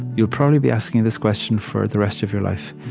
you'll probably be asking this question for the rest of your life,